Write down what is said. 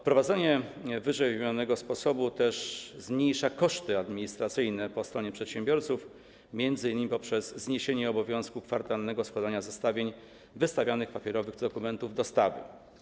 Wprowadzenie ww. zmiany zmniejszy też koszty administracyjne po stronie przedsiębiorców, m.in. poprzez zniesienie obowiązku kwartalnego składania zestawień wystawionych papierowych dokumentów dostawy.